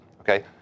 okay